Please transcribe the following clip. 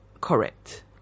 Correct